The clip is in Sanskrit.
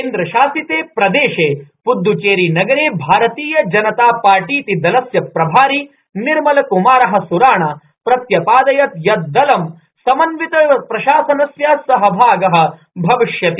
केन्द्रशासिते प्रदेशे प्रदद्दचेरीनगरे भारतीय जनता पार्टीति दलस्य प्रभारी निर्मल क्मार सुराणा प्रत्यपादयत ायत ायल समन्वित प्रशासनस्य सहभाग भविष्यति